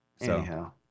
Anyhow